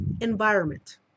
environment